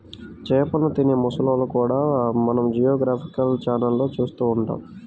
చేపలను తినే మొసళ్ళను కూడా మనం జియోగ్రాఫికల్ ఛానళ్లలో చూస్తూ ఉంటాం